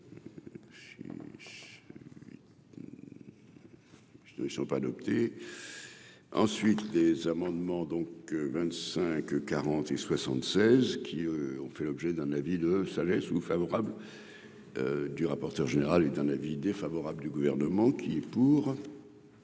ensuite des amendements donc 25 E 40 et 76 qui ont fait l'objet d'un avis de sagesse ou favorable du rapporteur général et d'un avis défavorable du gouvernement qui est pour.